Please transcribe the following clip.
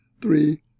three